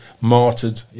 martyred